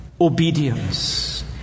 obedience